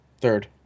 Third